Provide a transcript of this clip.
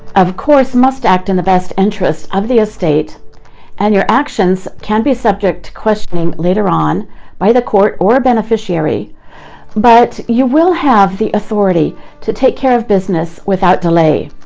of course, must act in the best interest of the estate and your actions can be subject to questioning later on by the court or a beneficiary but you will have the authority to take care of business without delay.